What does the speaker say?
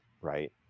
right